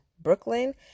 Brooklyn